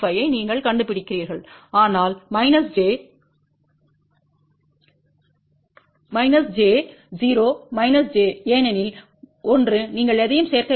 45 ஐ நீங்கள் கண்டுபிடிக்கிறீர்கள் ஆனால் j 0 j ஏனெனில் 1 நீங்கள் எதையும் சேர்க்க வேண்டியதில்லை